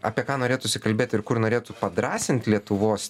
apie ką norėtųsi kalbėti ir kur norėtų padrąsint lietuvos